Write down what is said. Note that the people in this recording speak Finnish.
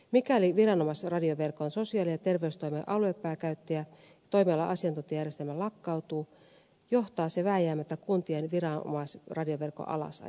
mikäli viranomaisradioverkon sosiaali ja terveystoimen aluepääkäyttäjä ja toimiala asiantuntijajärjestelmä lakkautuu johtaa se vääjäämättä kuntien viranomaisradioverkon alasajoon